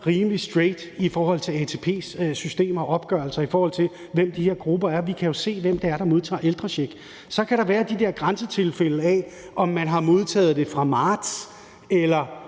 rimelig straight i forhold til ATP's systemer og opgørelser, og i forhold til hvem de her grupper er. Vi kan jo se, hvem det er, der modtager ældrecheck. Så kan der være de der grænsetilfælde, hvor spørgsmålet er, om man har modtaget det fra marts eller